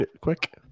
Quick